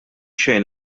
xejn